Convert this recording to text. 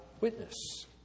witness